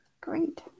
Great